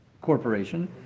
corporation